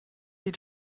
sie